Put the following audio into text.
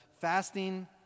fasting